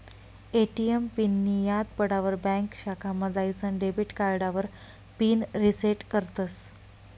ATM पिननीं याद पडावर ब्यांक शाखामा जाईसन डेबिट कार्डावर पिन रिसेट करतस